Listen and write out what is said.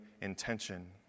intention